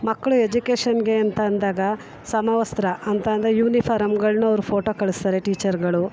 ಮಕ್ಕಳ ಎಜುಕೇಶನ್ನಿಗೆ ಅಂತ ಅಂದಾಗ ಸಮವಸ್ತ್ರ ಅಂತ ಅಂದರೆ ಯುನಿಫಾರಮ್ಗಳನ್ನು ಅವ್ರು ಫೋಟೋ ಕಳಿಸ್ತಾರೆ ಟೀಚರ್ಗಳು